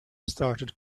started